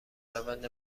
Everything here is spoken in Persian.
روند